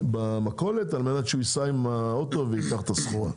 על מנת שהוא יוכל לצאת מהמכולת וייסע באוטו על מנת לקחת את הסחורה.